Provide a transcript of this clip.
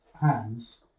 hands